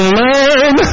learn